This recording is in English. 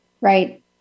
Right